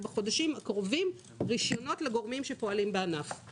בחודשים הקרובים רישיונות לגורמים שפועלים בענף.